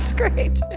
great